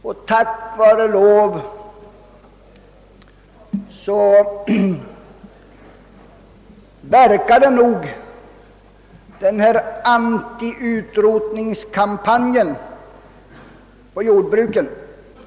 Från vissa håll har bedrivits en utrotningskampanj mot jordbruket.